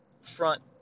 front